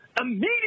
immediately